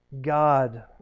God